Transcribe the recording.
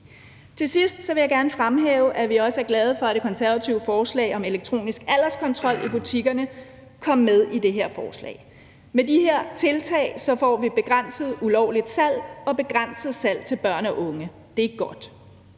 Til sidst vil jeg gerne fremhæve, at vi også er glade for, at det konservative forslag om elektronisk alderskontrol i butikkerne kom med i det her forslag. Med de her tiltag får vi begrænset ulovligt salg og begrænset salg til børn og unge. Det er godt.